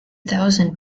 thousand